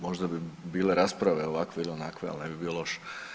Možda bi bile rasprave ovakve ili onakve, ali ne bi bio loš.